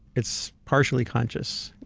it's partially conscious,